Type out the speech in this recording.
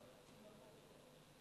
לובה הלכה לעולמה אתמול בגיל 85,